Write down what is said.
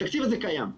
התקציב הזה קיים,